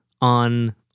on